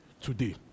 today